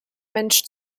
mensch